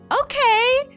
okay